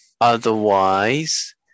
Otherwise